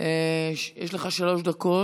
יש לך שלוש דקות.